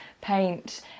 paint